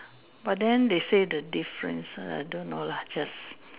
but then they say the difference so I don't know lah just